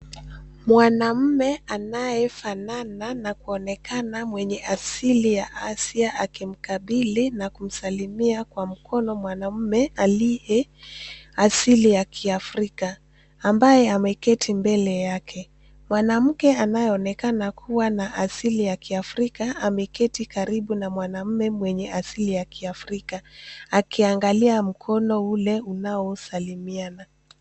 Mwanaume anayefanana na kuonekana asili ya Asia akimkabili na kumsalimia kwa mkono mwanaume aliye asili ya Kiafrika ambaye ameketi mbele yake. Mwanamke anayeonekana kuwa na asili ya Kiafrika ameketi karibu na mwanaume mwenye asili ya Kiafrika akiangalia mkono ule unaosalimiana.